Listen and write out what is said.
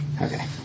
Okay